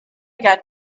got